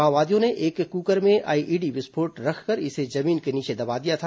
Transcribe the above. माओवादियों ने एक कुकर में आईईडी विस्फोटक रखकर इसे जमीन के नीचे दबा दिया था